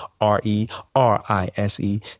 R-E-R-I-S-E